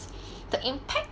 the impact